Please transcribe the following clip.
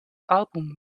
album